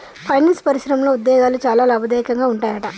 finance పరిశ్రమలో ఉద్యోగాలు చాలా లాభదాయకంగా ఉంటాయట